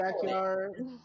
backyard